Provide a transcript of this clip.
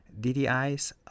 DDIs